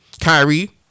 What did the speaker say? Kyrie